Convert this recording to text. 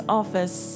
office